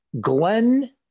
Glenn